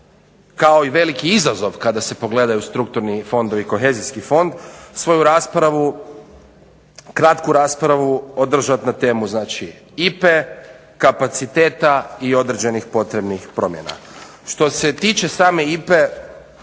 kao i veliki izazov kada se pogledaju strukturni fondovi i kohezijski fond svoju kratku raspravu održati na temu IPA-e, kapaciteta i određenih potrebnih promjena. Što se tiče same IPA-e